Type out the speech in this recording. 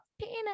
penis